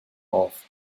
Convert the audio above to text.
auf